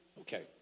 Okay